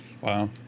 Wow